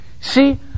See